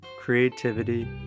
creativity